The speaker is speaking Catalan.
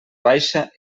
baixa